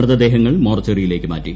മൃതദേഹങ്ങൾ മോർച്ചറിയിലേക്ക് മാറ്റി